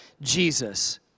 Jesus